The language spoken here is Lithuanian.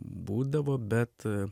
būdavo bet